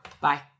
Bye